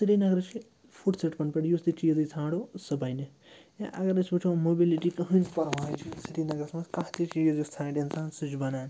سرینگرٕ چھِ فُٹ سِٹپَن پٮ۪ٹھ یُس تہِ چیٖز أسۍ ژھانٛڈو سُہ بَنہِ یا اگر أسۍ وٕچھو موٚبِلِٹی کٕہۭنۍ تہِ پَرواے چھِنہٕ سریٖنگَرس منٛز کانٛہہ تہِ چیٖز یُس ژھانٛڈِ اِنسان سُہ چھُ بَنان